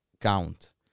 count